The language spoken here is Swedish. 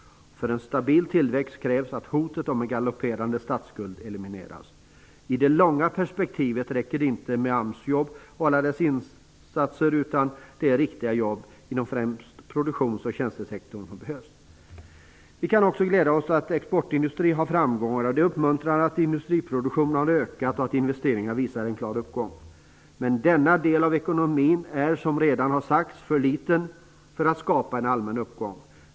För en stabil tillväxt krävs att hotet om en galopperande statsskuld elimineras. I det långa perspektivet räcker det inte med AMS-jobb och AMS-insatser, utan det är riktiga jobb inom främst produktionsoch tjänstesektorn som behövs. Vi kan också glädja oss åt att exportindustrin har framgångar, att industriproduktionen har ökat och att investeringarna visar en klar uppgång. Men denna del av ekonomin är, som redan har sagts, för liten för att skapa en allmän uppgång.